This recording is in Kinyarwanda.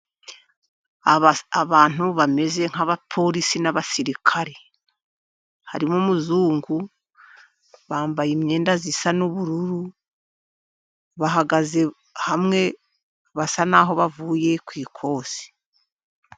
Abantu bameze nk'abaporisi n'abasirikari. Harimo umuzungu, bambaye imyenda isa n'ubururu, bahagaze hamwe basa n'aho bavuye ku ikosi.